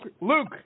Luke